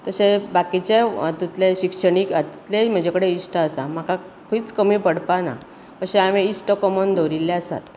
तशे बाकिचेय हातूंतले शिक्षणीक हातूंतलेय म्हजे कडेन इश्ट आसात म्हाका खंयच कमी पडपाना अशें हांवें इश्ट कमोवन दवरिल्ले आसात